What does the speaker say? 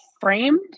framed